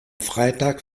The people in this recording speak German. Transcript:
freitag